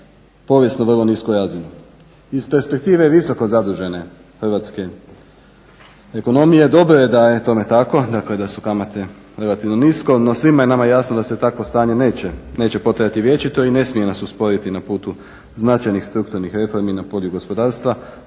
povijesno vrlo nisku razinu. Iz perspektive visoko zadužene hrvatske ekonomije dobro je da je tome tako, dakle da su kamate relativno nisko. No, svima je nama jasno da se takvo stanje neće potrajati vječito i ne smije nas usporiti na putu značajnih strukturnih reformi na polju gospodarstva,